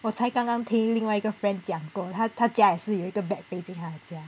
我才刚刚听另外一个 friend 讲过她她家也是有一个 bat 飞进她的家